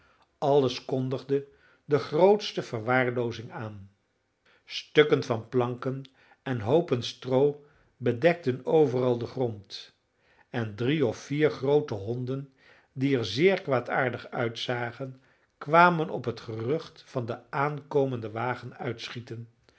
hingen alles kondigde de grootste verwaarloozing aan stukken van planken en hoopen stroo bedekten overal den grond en drie of vier groote honden die er zeer kwaadaardig uitzagen kwamen op het gerucht van den aankomenden wagen uitschieten